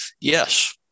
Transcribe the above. yes